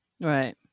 right